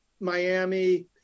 Miami